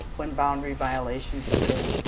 when boundary violations occur,